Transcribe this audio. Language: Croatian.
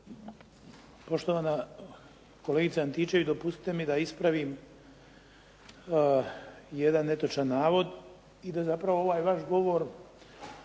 Poštovana kolegice Antičević, dopustite mi da ispravim jedan netočan navod i da zapravo ovaj vaš govor